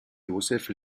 joseph